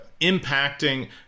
impacting